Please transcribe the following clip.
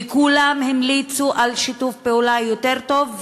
וכולן המליצו על שיתוף פעולה יותר טוב.